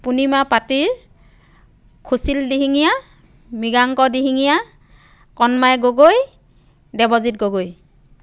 পূৰ্ণিমা পাতিৰ খুচীল দিহিঙ্গীয়া মৃগাঙ্গ দিহিঙ্গীয়া কণমাই গগৈ দেৱজিত গগৈ